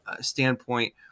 standpoint